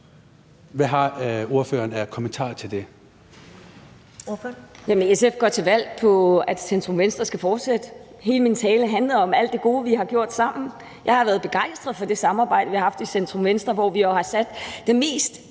Pia Olsen Dyhr (SF): Jamen SF går til valg på, at centrum-venstre skal fortsætte. Hele min tale handlede om alt det gode, vi har gjort sammen. Jeg har været begejstret for det samarbejde, vi har haft i centrum-venstre, hvor vi jo har sat den mest